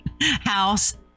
house